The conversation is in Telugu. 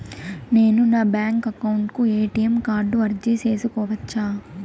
నేను నా బ్యాంకు అకౌంట్ కు ఎ.టి.ఎం కార్డు అర్జీ సేసుకోవచ్చా?